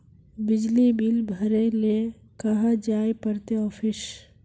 बिजली बिल भरे ले कहाँ जाय पड़ते ऑफिस?